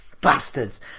Bastards